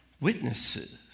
witnesses